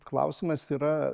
klausimas yra